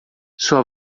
sua